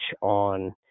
on